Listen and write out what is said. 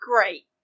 great